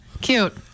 cute